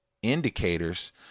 Indicators